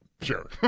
Sure